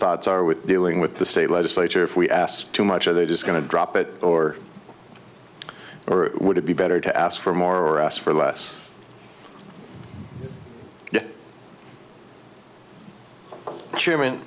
thoughts are with dealing with the state legislature if we asked too much are they just going to drop it or or would it be better to ask for more us for less